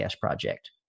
project